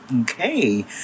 Okay